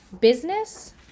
business